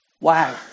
Wow